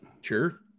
Sure